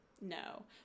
No